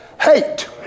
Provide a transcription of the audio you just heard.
hate